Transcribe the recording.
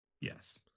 Yes